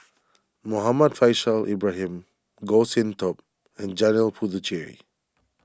Muhammad Faishal Ibrahim Goh Sin Tub and Janil Puthucheary